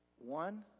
One